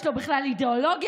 יש לו בכלל אידיאולוגיה,